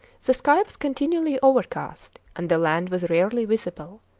the sky was continually overcast, and the land was rarely visible.